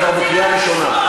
אתה כבר בקריאה ראשונה,